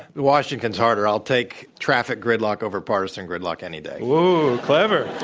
washington's harder. i'll take traffic gridlock over partisan gridlock any day. ooh, clever,